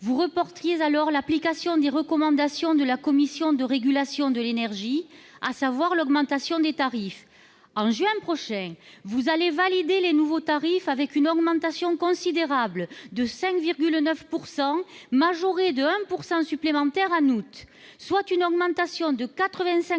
Vous reportiez alors l'application des recommandations de la Commission de régulation de l'énergie, la CRE, à savoir l'augmentation des tarifs. En juin prochain, vous allez valider les nouveaux tarifs, soit une augmentation considérable de 5,9 %, majorée de 1 % supplémentaire en août. Cela signifie une augmentation de 85